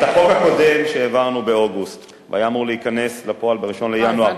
החוק הקודם שהעברנו באוגוסט היה אמור להיכנס לפועל ב-1 בינואר,